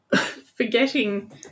forgetting